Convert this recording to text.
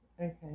okay